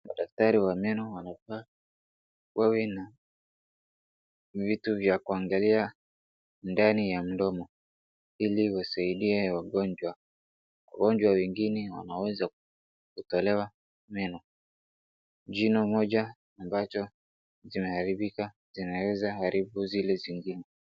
Madaktari wa meno wanafaa wawe na vitu vya kuangalia ndani ya mdomo ili usiingie ugonjwa, wagonjwa wengine wanaweza kutolewa meno, jino moja ambalo limeharibika linaweza haribu zile zingine.